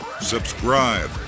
subscribe